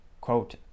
quote